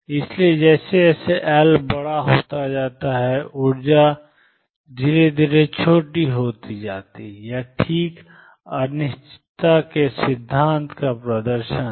इसलिए जैसे जैसे L बड़ा होता जाता है ऊर्जा छोटी होती जाती है यह ठीक अनिश्चितता के सिद्धांत का प्रदर्शन है